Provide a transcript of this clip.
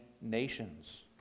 nations